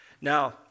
now